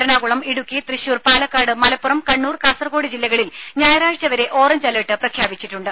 എറണാകുളം ഇടുക്കി തൃശൂർ പാലക്കാട് മലപ്പുറം കണ്ണൂർ കാസർകോട് ജില്ലകളിൽ ഞായറാഴ്ച വരെ ഓറഞ്ച് അലർട്ട് പ്രഖ്യാപിച്ചിട്ടുണ്ട്